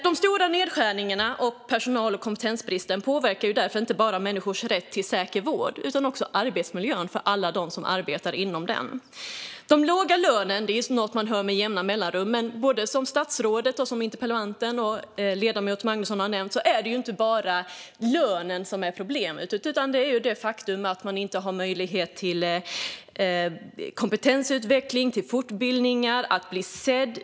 De stora nedskärningarna och personal och kompetensbristen påverkar därför inte bara människors rätt till säker vård utan också arbetsmiljön för alla dem som arbetar inom vården. Man hör med jämna mellanrum om den låga lönen. Men som statsrådet, interpellanten och ledamoten Magnusson har nämnt är det inte bara lönen som är problemet. Det är det faktum att människor inte har möjlighet till kompetensutveckling och fortbildningar och att bli sedda.